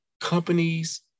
companies